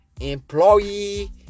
employee